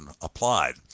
applied